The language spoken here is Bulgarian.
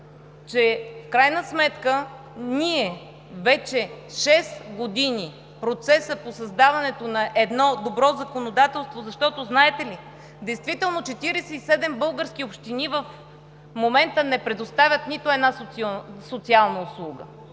че в крайна сметка ние вече шест години сме в процес по създаването на едно добро законодателство, защото, знаете ли, действително 47 български общини в момента не предоставят нито една социална услуга?!